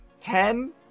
Ten